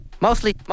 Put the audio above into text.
Mostly